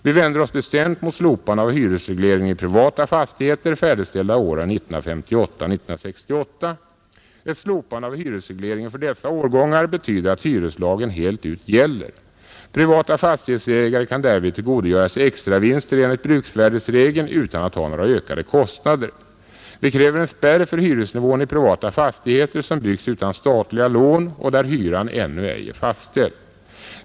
Vi vänder oss bestämt mot slopande av hyresregleringen i privata fastigheter färdigställda åren 1958-1968. Ett slopande av hyresregleringen för dessa årgångar betyder att hyreslagen helt ut gäller. Privata fastighetsägare kan därvid tillgodogöra sig extravinster enligt bruksvärdesregeln utan att ha några ökade kostnader. Vi kräver en spärr för hyresnivån i privata fastigheter, som byggts utan statliga lån och där hyran ännu ej är fastställd.